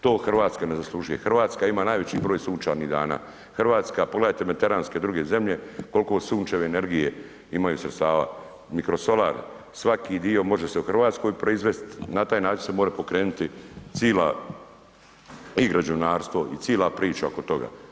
To Hrvatska ne zaslužuje, Hrvatska ima najveći broj sunčanih dana, Hrvatska pogledajte mediteranske druge zemlje kolko sunčeve energije imaju sredstava, mikrosolar svaki dio može se u Hrvatskoj proizvest, na taj način se more pokrenut cila i građevinarstvo i cila priča oko toga.